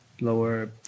lower